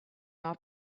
off